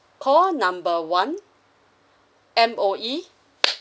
call number one M_O_E